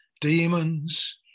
Demons